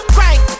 Crank